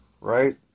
right